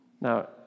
Now